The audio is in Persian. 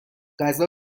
غذا